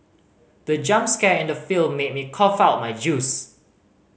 the jump scare in the film made me cough out my juice